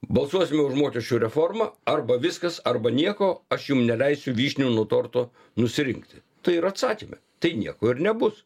balsuosime už mokesčių reformą arba viskas arba nieko aš jum neleisiu vyšnių nuo torto nusirinkti tai ir atsakėme tai nieko ir nebus